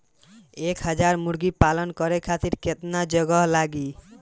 एक हज़ार मुर्गी पालन करे खातिर केतना जगह लागी?